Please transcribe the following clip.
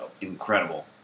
incredible